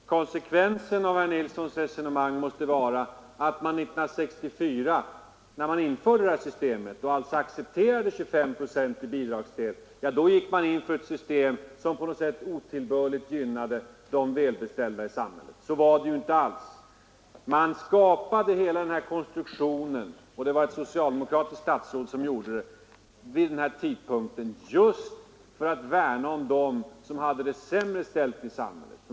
Herr talman! Konsekvensen av herr Nilssons i Kristianstad resonemang måste vara att man år 1964, när detta system infördes och dessa 25 procent i bidragsdel accepterades, gick in för ett system som otillbörligt gynnade de välbeställda i samhället. Så var det ju inte alls. Man skapade hela denna konstruktion — det var ett socialdemokratiskt statsråd som gjorde det — vid den tidpunkten just för att värna om dem i samhället som hade det sämre ställt.